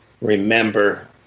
remember